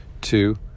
two